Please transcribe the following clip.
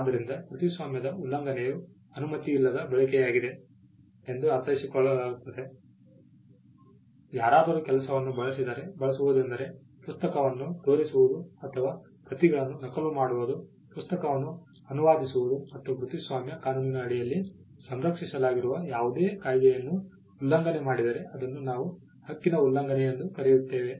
ಆದ್ದರಿಂದ ಕೃತಿಸ್ವಾಮ್ಯದ ಉಲ್ಲಂಘನೆಯು ಅನುಮತಿಯಿಲ್ಲದೆ ಬಳಕೆಯಾಗಿದೆ ಎಂದು ಅರ್ಥೈಸಿಕೊಳ್ಳಲಾಗುತ್ತದೆ ಯಾರಾದರೂ ಕೆಲಸವನ್ನು ಬಳಸಿದರೆ ಬಳಸುವುದೆಂದರೆ ಪುಸ್ತಕವನ್ನು ತೋರಿಸುವುದು ಅಥವಾ ಪ್ರತಿಗಳನ್ನು ನಕಲು ಮಾಡುವುದು ಪುಸ್ತಕವನ್ನು ಅನುವಾದಿಸುವುದು ಮತ್ತು ಕೃತಿಸ್ವಾಮ್ಯ ಕಾನೂನಿನ ಅಡಿಯಲ್ಲಿ ಸಂರಕ್ಷಿಸಲಾಗಿರುವ ಯಾವುದೇ ಕಾಯಿದೆಯನ್ನು ಉಲ್ಲಂಘನೆ ಮಾಡಿದರೆ ಅದನ್ನು ನಾವು ಹಕ್ಕಿನ ಉಲ್ಲಂಘನೆ ಎಂದು ಕರೆಯುತ್ತೇವೆ